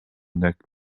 neck